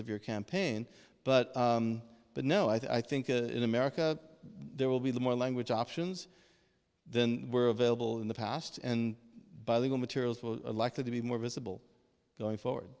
of your campaign but but no i think it in america there will be the more language options than were available in the past and by legal materials will likely be more visible going forward